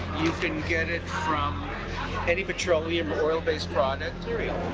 you can get it from any petroleum oil based product.